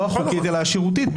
לא החוקית אלא השירותית,